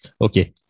Okay